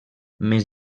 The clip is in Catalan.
més